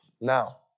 Now